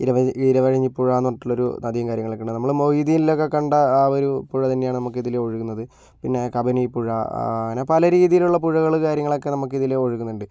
ഇരുവ ഇരവഴിഞ്ഞിപ്പുഴയെന്ന് പറഞ്ഞിട്ടുള്ളൊരു നദിയും കാര്യങ്ങളൊക്കെ ഉണ്ട് നമ്മള് മൊയ്ദീനിലൊക്കെ കണ്ട ആ ഒരു പുഴ തന്നെയാണ് നമുക്ക് ഇതിലെ ഒഴുകുന്നത് പിന്നെ കബനിപ്പുഴ അങ്ങനെ പല രീതിയിലുള്ള പുഴകള് കാര്യങ്ങളൊക്കെ നമുക്കിതിലെ ഒഴുകുന്നുണ്ട്